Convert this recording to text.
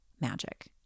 magic